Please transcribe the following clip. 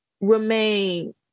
remain